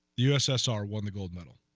ussr won the gold medal